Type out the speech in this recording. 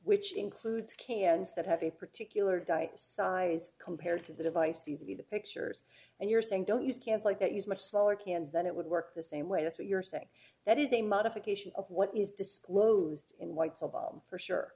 which includes cans that have a particular die size compared to the device because of the pictures and you're saying don't use cans like that use much smaller cans then it would work the same way that's what you're saying that is a modification of what is disclosed in whites for sure